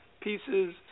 pieces